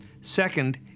Second